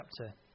chapter